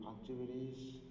activities